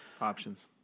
Options